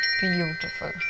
beautiful